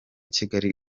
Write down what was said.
kigali